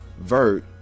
Vert